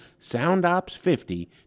soundops50